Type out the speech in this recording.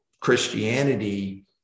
Christianity